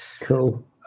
Cool